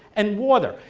and water.